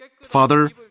Father